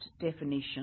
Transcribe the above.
definition